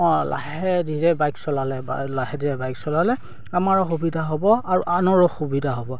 অঁ লাহে ধীৰে বাইক চলালে লাহে ধীৰে বাইক চলালে আমাৰ অসুবিধা হ'ব আৰু আনৰ অসুবিধা হ'ব